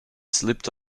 slipped